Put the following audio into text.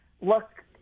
look